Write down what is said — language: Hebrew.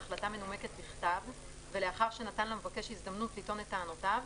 בהחלטה מנומקת בכתב ולאחר שנתן למבקש הזדמנות לטעון את טענותיו,